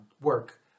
work